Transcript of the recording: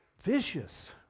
vicious